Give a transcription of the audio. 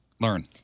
Learn